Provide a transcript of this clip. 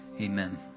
amen